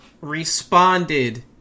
responded